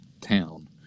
town